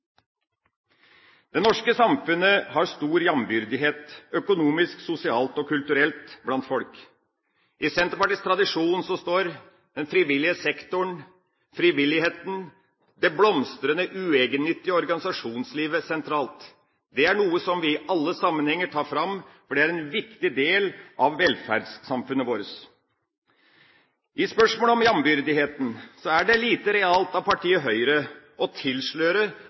Det norske samfunnet har stor jambyrdighet økonomisk, sosialt og kulturelt blant folk. I Senterpartiets tradisjon står den frivillige sektoren – frivilligheten, det blomstrende uegennyttige organisasjonslivet – sentralt. Det er noe vi i alle sammenhenger tar fram, for det er en viktig del av velferdssamfunnet vårt. I spørsmålet om jambyrdigheten er det lite realt av partiet Høyre å tilsløre